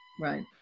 Right